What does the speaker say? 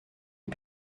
les